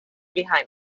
behind